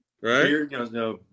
Right